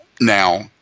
Now